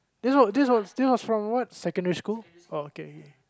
this from this from this was from what secondary school oh okay